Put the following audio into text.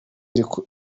niko